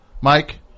Mike